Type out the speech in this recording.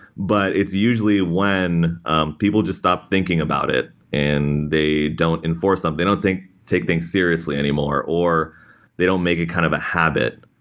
but it's usually when people just stop thinking about it and they don't enforce them. they don't take things seriously anymore or they don't make a kind of a habit.